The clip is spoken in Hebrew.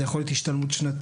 זה יכול להיות השתלמות שנתית,